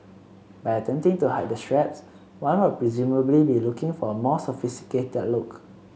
by attempting to hide the straps one would presumably be looking for a more sophisticated look